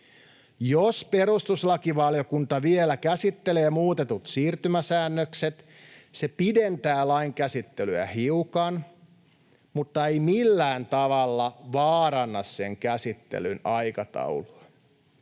Jos perustuslakivaliokunta vielä käsittelee muutetut siirtymäsäännökset, se pidentää lain käsittelyä hiukan, mutta ei millään tavalla vaaranna sen käsittelyn aikataulua.